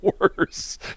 worse